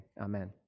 amen